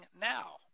now